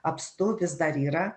apstu vis dar yra